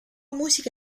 musica